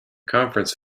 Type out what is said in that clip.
conference